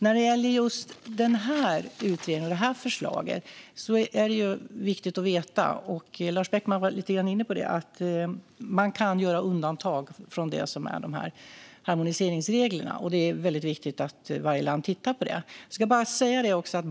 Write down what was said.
När det gäller just förslagen i denna utredning är det viktigt att veta att man kan göra undantag från harmoniseringsreglerna, vilket Lars Beckman var inne på lite grann. Det är viktigt att varje land tittar på det. Låt mig bara säga en sak.